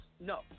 no